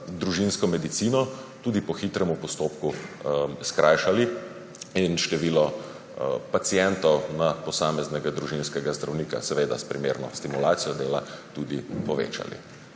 družinsko medicino tudi po hitrem postopku skrajšali in število pacientov na posameznega družinskega zdravnika, seveda s primerno stimulacijo dela, tudi povečali.